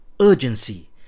Urgency